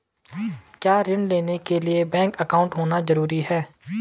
क्या ऋण लेने के लिए बैंक अकाउंट होना ज़रूरी है?